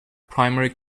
primary